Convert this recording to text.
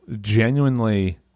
genuinely